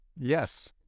Yes